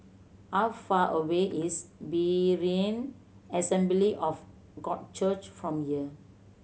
how far away is Berean Assembly of God Church from here